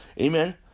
Amen